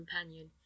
companion